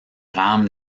rames